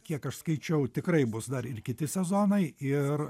kiek aš skaičiau tikrai bus dar ir kiti sezonai ir